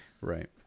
Right